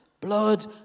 Blood